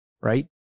right